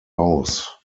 aus